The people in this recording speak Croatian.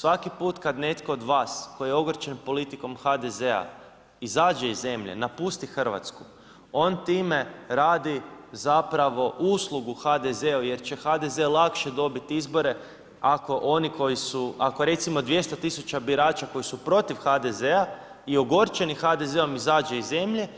Svaki put kad netko od vas koji je ogorčen politikom HDZ-a izađe iz zemlje, napusti Hrvatsku on time radi zapravo uslugu HDZ-u jer će HDZ lakše dobiti izbore ako oni koji su, ako recimo 200 000 birača koji su protiv HDZ-a i ogorčeni HDZ-om izađe iz zemlje